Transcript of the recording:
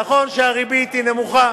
נכון שהריבית היא נמוכה